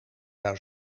zou